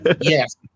Yes